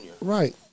Right